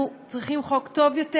אנחנו צריכים חוק טוב יותר.